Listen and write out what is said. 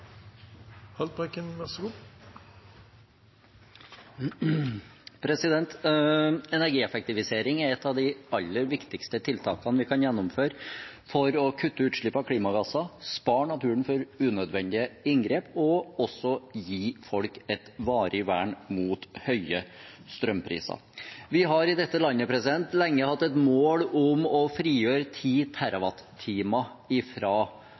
Energieffektivisering er et av de aller viktigste tiltakene vi kan gjennomføre for å kutte utslipp av klimagasser, spare naturen for unødvendige inngrep og også gi folk et varig vern mot høye strømpriser. Vi har i dette landet lenge hatt et mål om å